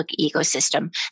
ecosystem